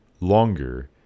longer